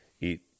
eat